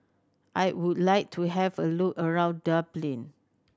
I would like to have a look around Dublin